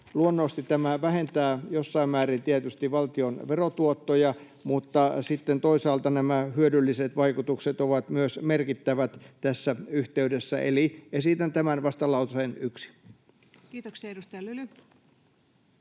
Luonnollisesti tämä vähentää jossain määrin tietysti valtion verotuottoja, mutta sitten toisaalta myös hyödylliset vaikutukset ovat merkittävät tässä yhteydessä. Eli esitän tämän vastalauseen yksi. Kiitoksia. — Edustaja Lyly.